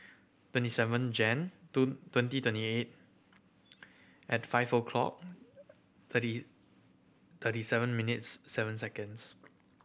twenty seven Jan twenty twenty eight at five o'clock thirty thirty seven minutes seven seconds